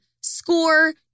Score